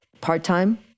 part-time